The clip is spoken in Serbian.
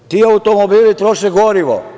Ti automobili troše gorivo.